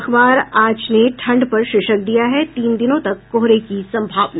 अखबार आज ने ठंड पर शीर्षक दिया है तीन दिनों तक कोहरे की सम्भावना